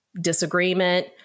Disagreement